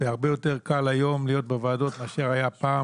והרבה יותר קל היום להיות בוועדות מאשר היה פעם,